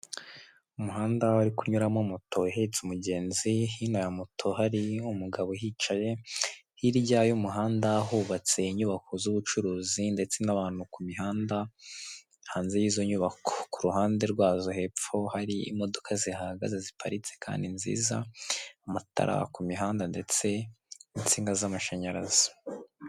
Umuhanda wari kunyuramo moto ihetse umugenzi hino ya moto hari umugabo uhicaye, hirya y'umuhanda hubatse inyubako z'ubucuruzi ndetse n'abantu ku mihanda hanze y'izo nyubako, ku ruhande rwazo hepfo hari imodoka zihagaze ziparitse kandi nziza, amatara ku mihanda ndetse n'insinga z'amashanyarazi.